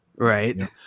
Right